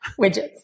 widgets